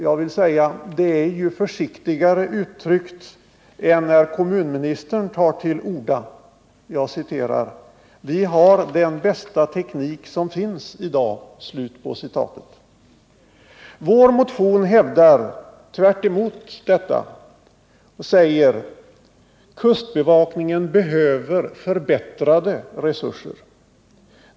Jag vill säga: Det är ju försiktigare uttryckt än när kommunministern tar till orda: ”Vi har den bästa teknik som finns i dag.” Vi hävdar i vår motion, tvärtemot detta: Kustbevakningen behöver förbättrade resurser.